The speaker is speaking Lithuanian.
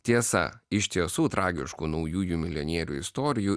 tiesa iš tiesų tragiškų naujųjų milijonierių istorijų